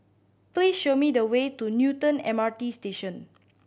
please show me the way to Newton M R T Station